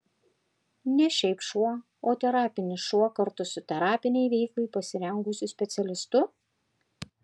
ne šiaip šuo o terapinis šuo kartu su terapinei veiklai pasirengusiu specialistu